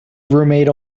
roommate